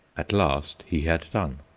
at last he had done,